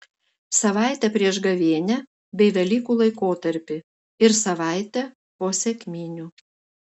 savaitę prieš gavėnią bei velykų laikotarpį ir savaitę po sekminių